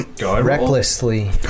recklessly